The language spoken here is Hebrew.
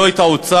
לא את האוצר,